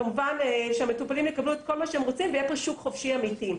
כמובן שהמטופלים יקבלו את כל מה שהם רוצים ויהיה פה שוק חופשי אמיתי.